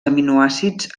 aminoàcids